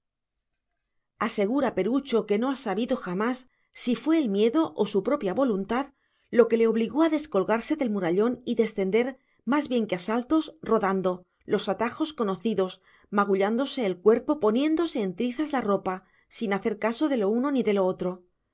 asegura perucho que no ha sabido jamás si fue el miedo o su propia voluntad lo que le obligó a descolgarse del murallón y descender más bien que a saltos rodando los atajos conocidos magullándose el cuerpo poniéndose en trizas la ropa sin hacer caso de lo uno ni de lo otro